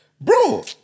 Bro